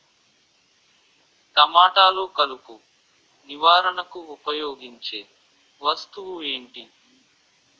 టమాటాలో కలుపు నివారణకు ఉపయోగించే వస్తువు ఏంటి?